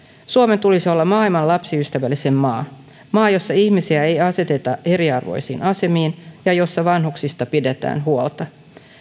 suomen tulisi olla maailman lapsiystävällisin maa maa jossa ihmisiä ei aseteta eriarvoisiin asemiin ja jossa vanhuksista pidetään huolta